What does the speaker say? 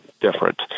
different